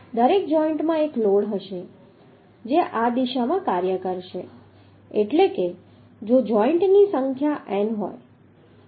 દરેક જોઈન્ટમાં એક લોડ હશે જે આ દિશામાં કાર્ય કરશે એટલે કે જો જોઈન્ટની સંખ્યા n હોય